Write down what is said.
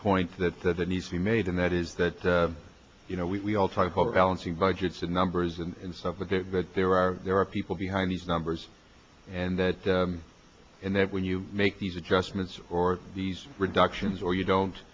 point that that needs to be made and that is that you know we all type of balancing budgets and numbers and stuff like that but there are there are people behind these numbers and that and that when you make these adjustments or these reductions or you don't